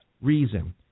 reason